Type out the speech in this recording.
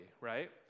right